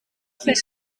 ver